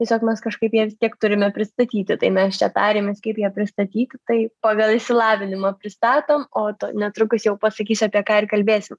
tiesiog mes kažkaip ją vis tiek turime pristatyti tai mes čia tarėmės kaip ją pristatyti tai pagal išsilavinimą pristatom o netrukus jau pasakysiu apie ką ir kalbėsim